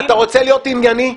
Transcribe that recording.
אתה רוצה להיות ענייני?